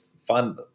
Fund